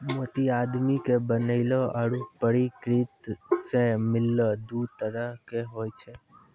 मोती आदमी के बनैलो आरो परकिरति सें मिललो दु तरह के होय छै